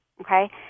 okay